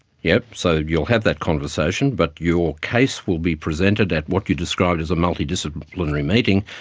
yeah sort of you'll have that conversation but your case will be presented at what you described as a multidisciplinary meeting,